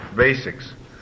basics